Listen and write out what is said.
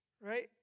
right